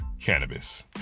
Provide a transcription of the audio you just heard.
cannabis